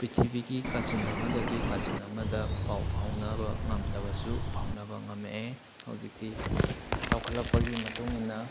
ꯄ꯭ꯔꯤꯊꯤꯕꯤꯒꯤ ꯀꯥꯆꯤꯟ ꯑꯃꯗꯒꯤ ꯀꯥꯆꯤꯟ ꯑꯃꯗ ꯄꯥꯎ ꯐꯥꯎꯅꯕ ꯉꯝꯗꯕꯁꯨ ꯐꯥꯎꯅꯕ ꯉꯝꯂꯛꯑꯦ ꯍꯧꯖꯤꯛꯇꯤ ꯆꯥꯎꯈꯠꯂꯛꯄꯒꯤ ꯃꯇꯨꯡ ꯏꯟꯅ